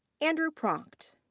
andrew pracht.